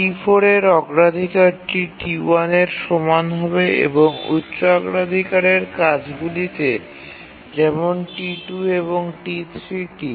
T4 এর অগ্রাধিকারটি T1 এর সমান হবে এবং উচ্চ অগ্রাধিকারের কাজগুলিতে যেমন T2 এবং T3 টি